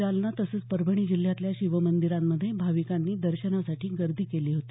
जालना तसंच परभणी जिल्ह्यातल्या शिवमंदिरांमध्ये भाविकांनी दर्शनासाठी गर्दी केली होती